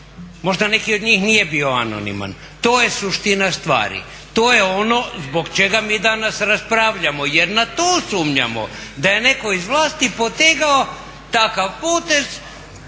možda neki od njih nije bio anoniman. To je suština stvari, to je on zbog čega mi danas raspravljamo. Jer na to sumnjamo da je netko iz vlasti potegao takav potez,